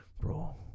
Bro